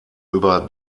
über